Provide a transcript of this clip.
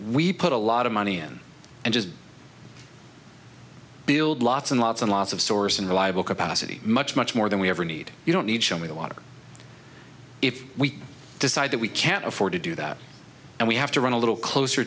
we put a lot of money in and just build lots and lots and lots of source and reliable capacity much much more than we ever need you don't need show me the water if we decide that we can't afford to do that and we have to run a little closer